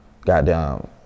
Goddamn